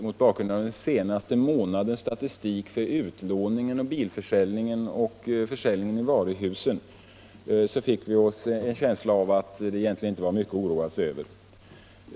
Mot bakgrund av den senaste månadens statistik för utlåningen, bilförsäljningen och försäljningen inom varuhusen ville han ge en känsla av att det egentligen inte fanns så mycket att oroa sig över.